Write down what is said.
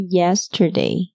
yesterday